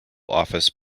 office